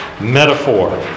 metaphor